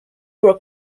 were